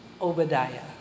Obadiah